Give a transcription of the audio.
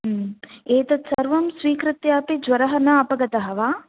ह्म् एतत् सर्वं स्वीकृत्यापि ज्वरः न अपगतः वा